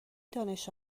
دانش